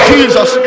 Jesus